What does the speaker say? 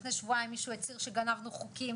לפני שבועיים מישהו הצהיר שגנבנו חוקים,